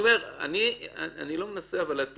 אני יכולה לנסח לך סתם התקיימו חקירות,